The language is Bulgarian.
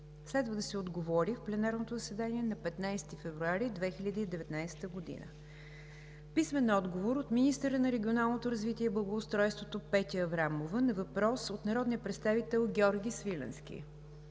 Следва да се отговори в пленарното заседание на 15 февруари 2019 г. Постъпили писмени отговори от: - министъра на регионалното развитие и благоустройството Петя Аврамова на въпрос от народния представител Георги Свиленски;